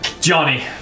Johnny